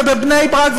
בבני-ברק,